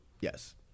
Yes